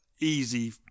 easy